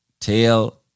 tail